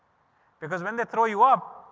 because when they throw you up,